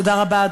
תודה רבה,